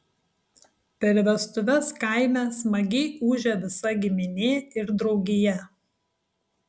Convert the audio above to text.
per vestuves kaime smagiai ūžia visa giminė ir draugija